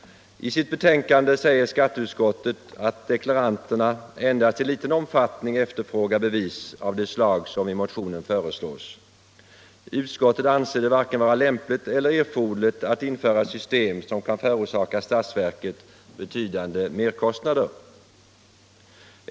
"I sitt betänkande säger skatteutskottet att deklaranterna endast i liten omfattning efterfrågar bevis av det slag som i motionen föreslås. Utskottet anser det varken vara lämpligt eller erforderligt att införa ett system som kan förorsaka statsverket betydande merkostnader.